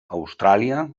austràlia